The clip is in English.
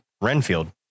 Renfield